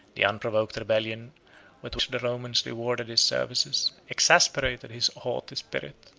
the unprovoked rebellion with which the romans rewarded his services, exasperated his haughty spirit.